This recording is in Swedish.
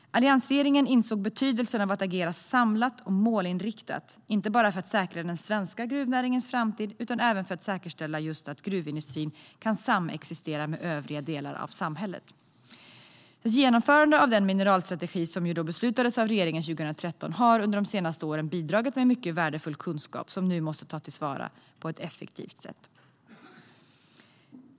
Alliansregeringen insåg betydelsen av att agera samlat och målinriktat, inte bara för att säkra den svenska gruvnäringens framtid utan även för att säkerställa att gruvindustrin kan samexistera med övriga delar av samhället. Genomförandet av den mineralstrategi som beslutades av den dåvarande regeringen 2013 har under de senaste åren bidragit med mycket värdefull kunskap som nu måste tas till vara på ett effektivt sätt.